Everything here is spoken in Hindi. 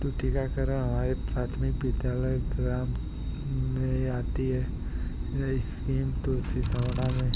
तो टीकाकरण हमारे प्राथमिक विद्यालय ग्राम में ही आती है ये इस्कीम तो इसी में